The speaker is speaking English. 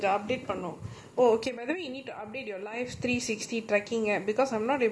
so wait ah I show you how it runs so you just click the app